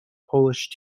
polish